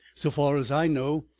so far as i know,